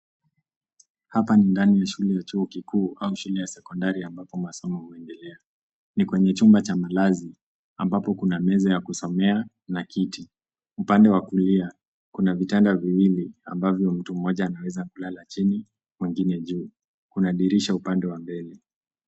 Hapa ni ndani ya shule ya chuo kikuu au shule ya sekondari ambapo masomo huendelea. Ni kwenye chumba cha malazi ambapo kuna meza ya kusomea na kiti. Upande wa kulia kuna vitanda viwili ambavyo mtu mmoja anaweza kulala chini, mwingine juu. Kuna dirisha upande wa mbele.